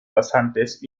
pasantes